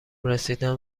رسیدن